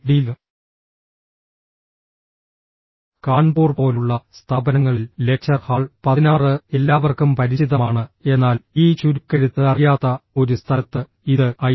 T Kanpur പോലുള്ള സ്ഥാപനങ്ങളിൽ lecture hall പതിനാറ് എല്ലാവർക്കും പരിചിതമാണ് എന്നാൽ ഈ ചുരുക്കെഴുത്ത് അറിയാത്ത ഒരു സ്ഥലത്ത് ഇത് ഐ